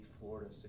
Florida